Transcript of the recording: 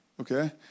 Okay